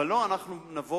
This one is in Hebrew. ולא, אנחנו נבוא